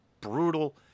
brutal